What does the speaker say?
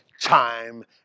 time